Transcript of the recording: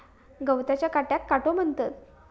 गवताच्या काट्याक काटो म्हणतत